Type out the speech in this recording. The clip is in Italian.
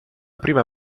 prima